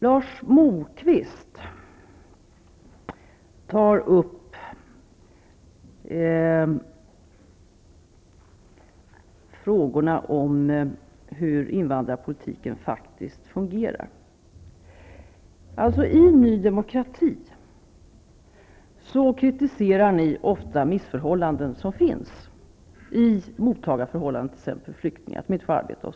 Lars Moquist tog upp frågan om hur invandrarpolitiken faktiskt fungerar. Ni i Ny Demokrati kritiserar ofta missförhållanden som finns, t.ex. att flyktingar inte får arbeta.